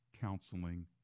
Counseling